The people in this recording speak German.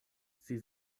sie